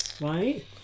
right